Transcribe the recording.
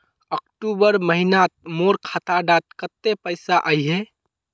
अक्टूबर महीनात मोर खाता डात कत्ते पैसा अहिये?